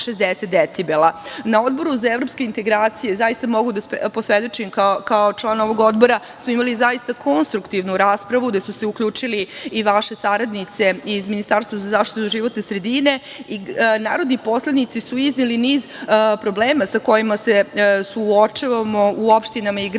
Na Odboru za evropske integracije, zaista mogu da posvedočim kao član ovog Odbora, smo imali zaista konstruktivnu raspravu, gde su se uključili i vaše saradnice iz Ministarstva za zaštitu životne sredine i narodni poslanici su izneli niz problema sa kojima se suočavamo u opštinama i gradovima